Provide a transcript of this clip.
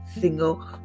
single